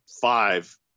five